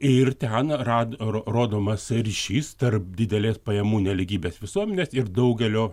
ir ten rad ro rodomas ryšys tarp didelės pajamų nelygybės visuomenės ir daugelio